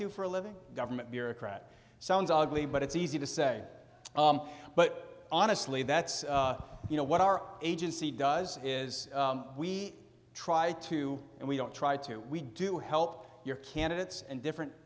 do for a living government bureaucrat sounds ugly but it's easy to say but honestly that's you know what our agency does is we try to and we don't try to we do help your candidates and different